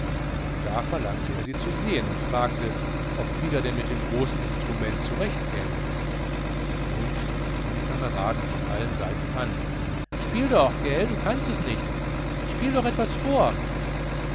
da verlangte er sie zu sehen und fragte ob frieder denn mit dem großen instrument zurechtkäme nun stießen ihn die kameraden von allen seiten spiel doch gelt du kannst es nicht spiel doch etwas vor